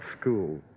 school